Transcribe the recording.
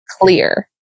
clear